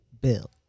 Bill